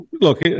look